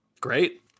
Great